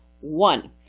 One